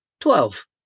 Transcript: Twelve